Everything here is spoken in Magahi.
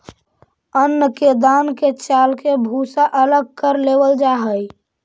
अन्न के दान के चालके भूसा अलग कर लेवल जा हइ